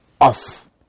off